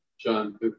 John